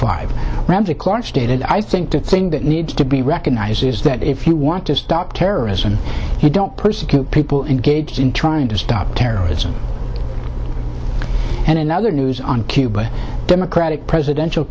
stated i think the thing that needs to be recognized is that if you want to stop terrorism you don't persecute people engaged in trying to stop terrorism and in other news on cuba democratic presidential